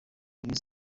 kuri